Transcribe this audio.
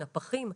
נפחים.